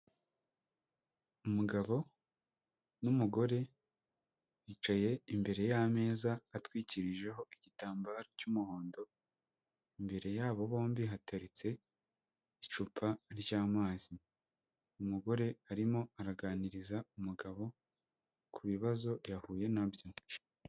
Umugabo n'umugore, bicaye imbere y'ameza atwikirijeho igitambaro cy'umuhondo, imbere yabo bombi hateretse icupa ry'amazi, umugore arimo araganiriza umugabo ku bibazo yahuye na byo.